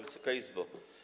Wysoka Izbo!